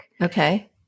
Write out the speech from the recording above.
Okay